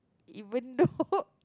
even though